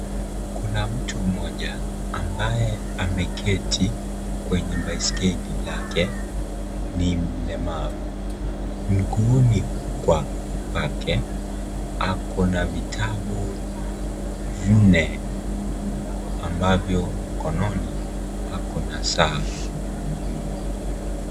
Kuna mtu mmoja ambaye ameketi kwenye baisikeli lake , ni mlemavu miguuni pake ako na vitabu vine ambavyo mkononi ako na saa.